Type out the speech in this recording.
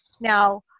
Now